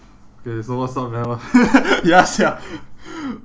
okay so what's up man ya sia